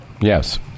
Yes